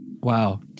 Wow